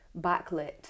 backlit